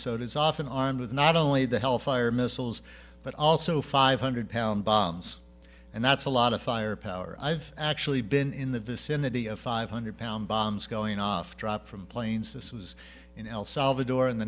it's often armed with not only the hellfire missiles but also five hundred pound bombs and that's a lot of fire power i've actually been in the vicinity of five hundred pound bombs going off dropped from planes this was in el salvador in the